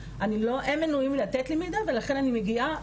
הם מנועים מלתת לי מידע ולכן אני מגיעה,